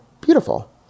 beautiful